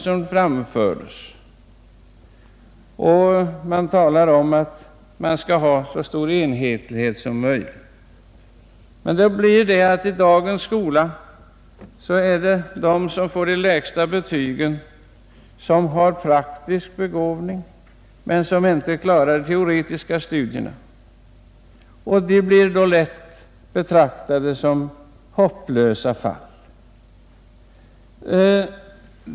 Man talar ju om att det skall vara så stor enhetlighet som möjligt. Följden blir emellertid att i dagens skola får de elever de lägsta betygen som har praktisk begåvning men inte klarar de teoretiska studierna. De blir också lätt betraktade som hopplösa fall.